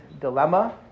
dilemma